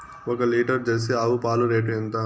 ఒక litre Jersey ఆవు పాలు రేటు ఎంత?